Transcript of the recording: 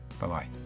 Bye-bye